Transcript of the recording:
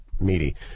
meaty